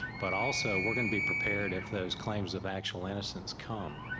but also we're gonna be prepared if those claims of actual innocence come,